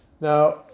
Now